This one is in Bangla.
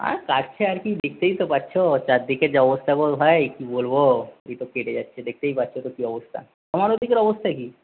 আর কাটছে আর কি দেখতেই তো পারছ চারদিকের যা অবস্থা বল ভাই কি বলবো ওই তো কেটেই যাচ্ছে দেখতেই পাচ্ছ তো কি অবস্থা তোমার ওইদিকে অবস্থা কি